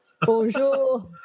Bonjour